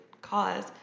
cause